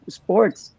sports